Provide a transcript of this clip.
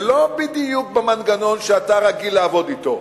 זה לא בדיוק המנגנון שאתה רגיל לעבוד אתו.